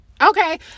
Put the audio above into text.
Okay